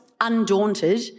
undaunted